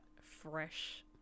fresh